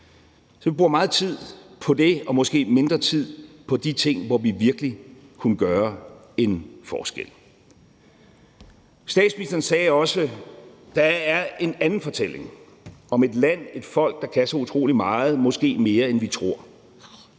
Så vi bruger meget tid på det og måske mindre tid på de ting, hvor vi virkelig kunne gøre en forskel. Statsministeren sagde også, at der er en anden fortælling om et land, et folk, der kan så utrolig meget, måske mere, end de tror